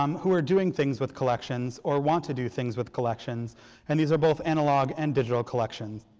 um who are doing things with collections or want to do things with collections and these are both analog and digital collections